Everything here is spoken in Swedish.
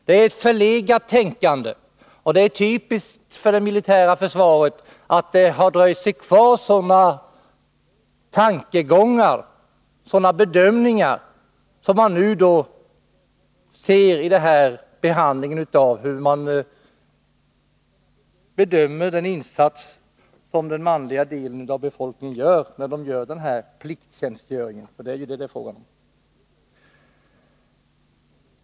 Det är ett förlegat tänkande, och det är typiskt för det militära försvaret att sådana tankegångar och bedömningar har dröjt sig kvar. Detta kommer fram i bedömningen av den insats som den manliga delen av befolkningen gör under denna plikttjänstgöring — det är plikt som det är fråga om.